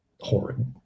horrid